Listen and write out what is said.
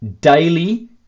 daily